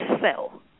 sell